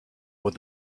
with